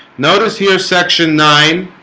notice here section nine